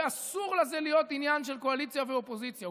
ואסור לזה להיות עניין של קואליציה ואופוזיציה.